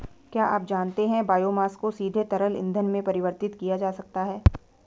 क्या आप जानते है बायोमास को सीधे तरल ईंधन में परिवर्तित किया जा सकता है?